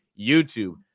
YouTube